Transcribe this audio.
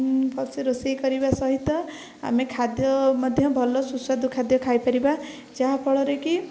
ଭଲସେ ରୋଷେଇ କରିବା ସହିତ ଆମେ ଖାଦ୍ୟ ମଧ୍ୟ ଭଲ ସୁସ୍ୱାଦୁ ଖାଦ୍ୟ ଖାଇପାରିବା ଯାହାଫଳରେ କି